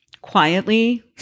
quietly